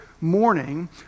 morning